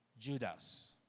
Judas